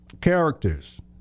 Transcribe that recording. Characters